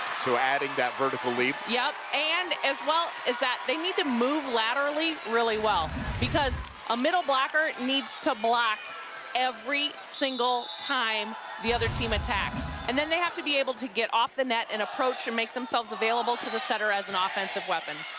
adding that vertical leap. yep and as well as that, they need to move laterally really well because a middle blocker needs to block every single time the other team attacks and then they have to be able to getoff the net and approach and make themselves available to the setter as an ah offensive weapon.